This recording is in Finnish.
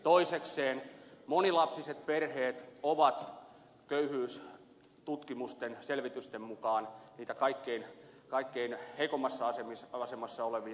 toisekseen monilapsiset perheet ovat köyhyystutkimusten ja selvitysten mukaan niitä kaikkein heikoimmassa asemassa olevia